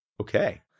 Okay